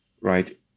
right